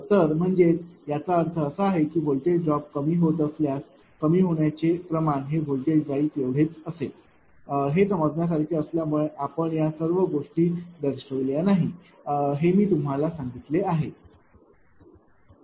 तर म्हणजेच याचा अर्थ असा आहे की व्होल्टेज ड्रॉप कमी होत असल्यास कमी होण्याचे प्रमाण हे व्होल्टेज राइज़ एवढे असेल हे समजण्या सारखे असल्यामुळे आपण या सर्व गोष्टी दर्शविल्या नाही हे मी तुम्हाला सांगितले आहे